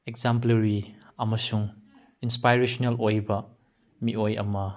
exemplary ꯑꯃꯁꯨꯡ inspirational ꯑꯣꯏꯕ ꯃꯤꯑꯣꯏ ꯑꯃ